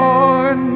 Lord